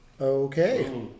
Okay